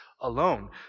alone